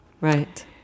Right